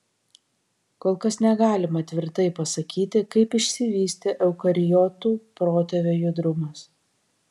kol kas negalima tvirtai pasakyti kaip išsivystė eukariotų protėvio judrumas